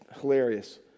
hilarious